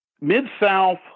Mid-South